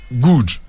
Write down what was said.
good